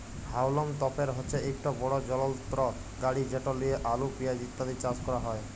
হাউলম তপের হছে ইকট বড় যলত্র গাড়ি যেট লিঁয়ে আলু পিয়াঁজ ইত্যাদি চাষ ক্যরা হ্যয়